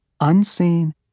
unseen